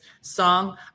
song